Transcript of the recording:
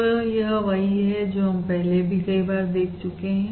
तो यह वही है जो हम पहले भी कई बार देख चुके है